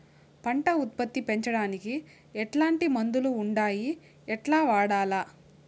పంట ఉత్పత్తి పెంచడానికి ఎట్లాంటి మందులు ఉండాయి ఎట్లా వాడల్ల?